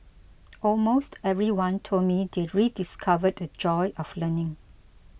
almost everyone told me they rediscovered the joy of learning